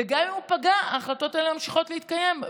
וגם אם הוא פגע ההחלטות האלה ממשיכות להתקיים.